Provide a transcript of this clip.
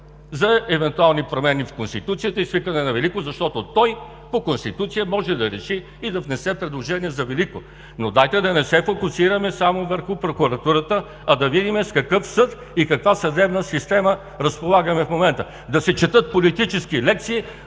за евентуални промени в Конституцията и свикване на Велико народно събрание, защото той по Конституция може да реши и да внесе предложение за Велико. Но дайте да не се фокусираме само върху прокуратурата, а да видим с какъв съд и каква съдебна система разполагаме в момента. Да се четат политически лекции,